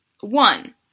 One